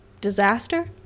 disaster